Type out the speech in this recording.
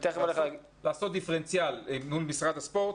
לעשות דיפרנציאל מול משרד הספורט.